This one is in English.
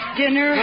dinner